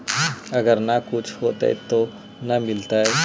अगर न कुछ होता तो न मिलता?